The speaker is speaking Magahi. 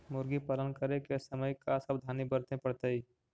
मुर्गी पालन करे के समय का सावधानी वर्तें पड़तई?